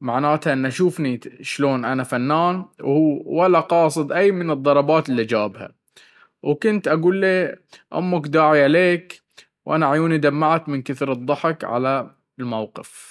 معانتها انه شوفني شلون انا فنان وهو ولا قاصد اي من الضربات اللي جابها, وكنت اقوليه أمك داعية ليك وانا عيوني دمعت من كثر الضحك.